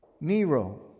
Nero